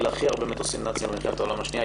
הפילה הכי הרבה מטוסים נאצים במלחמת העולם השנייה,